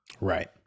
Right